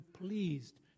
pleased